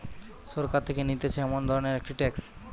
সরকার থেকে নিতেছে এমন ধরণের একটি ট্যাক্স